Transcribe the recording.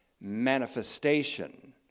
manifestation